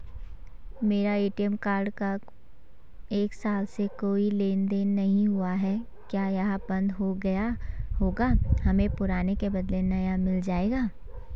मेरा ATM card का एक साल से कोई लेन देन नहीं हुआ है क्या यह बन्द हो गया होगा हमें पुराने के बदलें नया मिल जाएगा?